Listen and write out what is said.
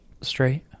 straight